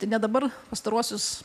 ne dabar pastaruosius